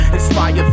Inspire